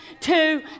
two